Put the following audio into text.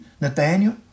Nathaniel